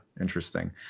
Interesting